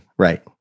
Right